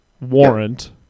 warrant